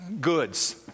goods